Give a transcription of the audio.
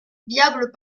viables